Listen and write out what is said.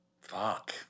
Fuck